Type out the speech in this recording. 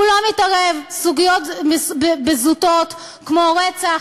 הוא לא מתערב בזוטות כמו רצח,